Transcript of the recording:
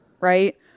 right